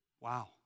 Wow